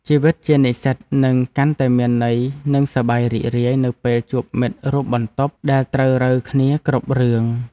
ជីវិតជានិស្សិតនឹងកាន់តែមានន័យនិងសប្បាយរីករាយនៅពេលជួបមិត្តរួមបន្ទប់ដែលត្រូវរ៉ូវគ្នាគ្រប់រឿង។